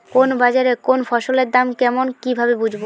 কোন বাজারে কোন ফসলের দাম কেমন কি ভাবে বুঝব?